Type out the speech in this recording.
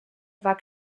war